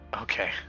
Okay